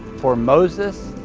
for moses,